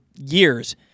years